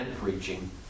preaching